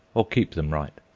or keep them right.